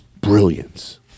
brilliance